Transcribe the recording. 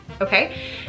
okay